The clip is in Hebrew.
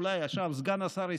אולי עכשיו סגן השר יסכם,